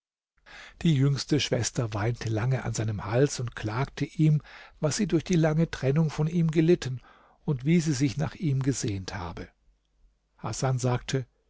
die jüngste schwester weinte lange an seinem hals und klagte ihm was sie durch die lange trennung von ihm gelitten und wie sie sich nach ihm gesehnt habe hasan sagte